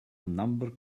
number